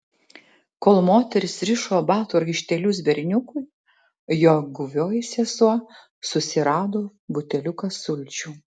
kol moteris rišo batų raištelius berniukui jo guvioji sesuo susirado buteliuką sulčių